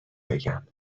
بگم